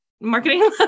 marketing